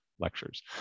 lectures